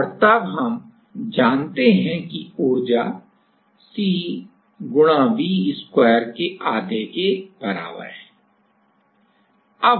और तब हम जानते हैं कि ऊर्जा C गुणा V वर्ग के आधे के बराबर है